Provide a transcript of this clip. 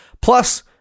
Plus